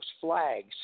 flags